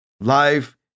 life